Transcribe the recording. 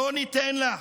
לא ניתן לה,